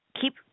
keep